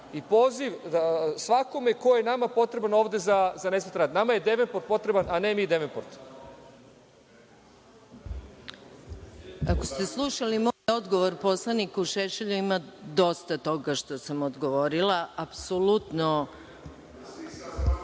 i poziv svakome ko je nama potreban ovde za nesmetan rad. Nama je Devenport potreban, a ne mi Devenportu. **Maja Gojković** Ako ste slušali moj odgovor poslaniku Šešelju, ima dosta toga što sam odgovorila.(Vojislav